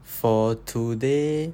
for today